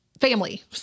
family